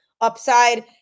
upside